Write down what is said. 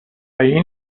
این